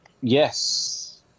Yes